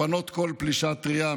לפנות כל פלישה טרייה,